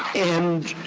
and